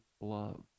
love